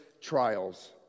trials